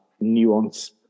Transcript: nuance